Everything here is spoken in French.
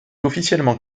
officiellement